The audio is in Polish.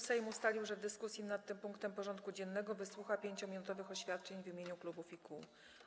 Sejm ustalił, że w dyskusji nad tym punktem porządku dziennego wysłucha 5-minutowych oświadczeń w imieniu klubów i kół.